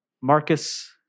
Marcus